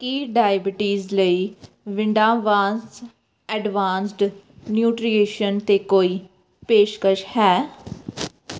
ਕੀ diabetes ਲਈ ਵਿਡਾਵਾਂਸ advanced nutrition 'ਤੇ ਕੋਈ ਪੇਸ਼ਕਸ਼ ਹੈ